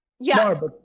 Yes